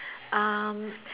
um